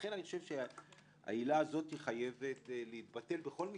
לכן העילה הזו חייבת להתבטל בכל מקרה.